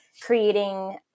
creating